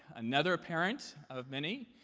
another parent of many,